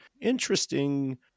interesting